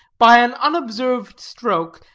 by an unobserved stroke,